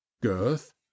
girth